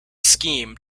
scheme